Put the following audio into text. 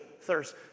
thirst